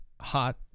hot